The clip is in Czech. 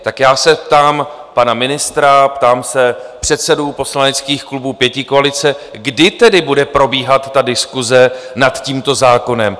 Tak já se ptám pana ministra, ptám se předsedů poslaneckých klubů pětikoalice, kdy tedy bude probíhat ta diskuse nad tímto zákonem?